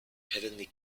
heavenly